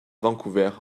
vancouver